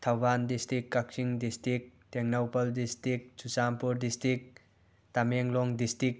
Thoubal district Kakching district Tengnoupal district Churachandpur district Tamenglong district